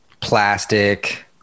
Plastic